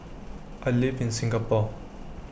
I live in Singapore